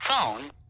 phone